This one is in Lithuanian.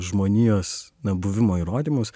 žmonijos na buvimo įrodymus